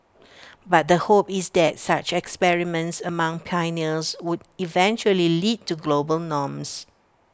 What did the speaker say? but the hope is that such experiments among pioneers would eventually lead to global norms